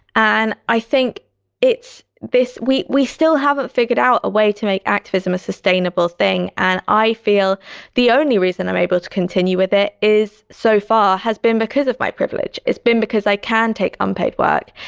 and i think it's this, we we still haven't figured out a way to make activism a sustainable thing. and i feel the only reason i'm able to continue with it is so far has been because of my privilege. it's been because i can take unpaid work.